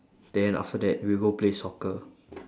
then after that we'll go play soccer